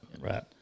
right